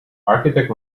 architect